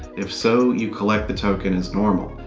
if so, you collect the token as normal.